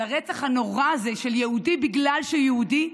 על הרצח הנורא הזה של יהודי בגלל שהוא יהודי,